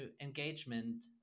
engagement